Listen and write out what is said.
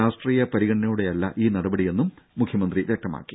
രാഷ്ട്രീയ പരിഗണനയോടെയല്ല ഈ നടപടിയെന്നും മുഖ്യമന്ത്രി അറിയിച്ചു